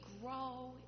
grow